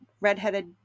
redheaded